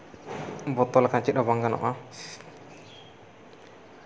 ᱵᱚᱛᱚᱨ ᱞᱮᱱᱠᱷᱟᱱ ᱪᱮᱫ ᱦᱚᱸ ᱵᱟᱝ ᱜᱟᱱᱚᱜᱼᱟ